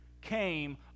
came